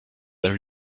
were